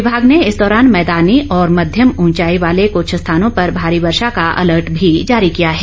विभाग ने इस दौरान मैदानी और मध्यम उंचाई वाले कुछ स्थानों पर भारी वर्षा का अलर्ट भी जारी किया है